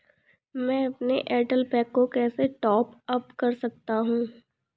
मैं अपने एयरटेल पैक को कैसे टॉप अप कर सकता हूँ?